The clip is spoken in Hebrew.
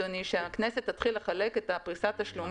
שפה זה המתחתנים,